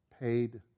paid